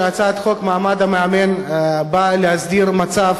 הצעת חוק מעמד המאמן באה להסדיר מצב